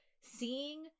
seeing